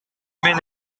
мен